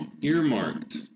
Earmarked